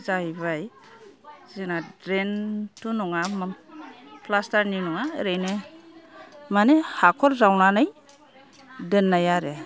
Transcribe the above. जाहैबाय जोना द्रेन्थ' नङा प्लास्टारनि नङा ओरैनो मानि हाखर जावनानै दोन्नाय आरो